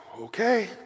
okay